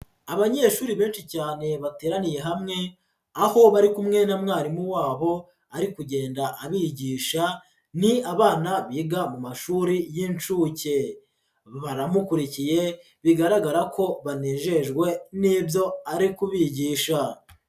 Abanyeshuri benshi cyane bateraniye hamwe, aho bari kumwe na mwarimu wabo ari kugenda abigisha, ni abana biga mu mashuri y'incuke, baramukurikiye bigaragara ko banejejwe n'ibyo ari kubigisha.